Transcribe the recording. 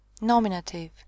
Nominative